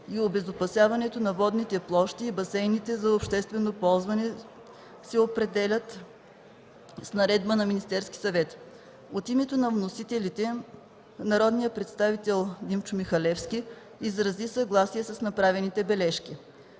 и обезопасяването на водните площи и басейните за обществено ползване се определят с наредба на Министерския съвет“. От името на вносителите народният представител Димчо Михалевски изрази съгласие с направените бележки.